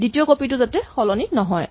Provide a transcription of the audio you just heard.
দ্বিতীয় কপি টো যাতে সলনি নহয়